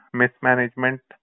mismanagement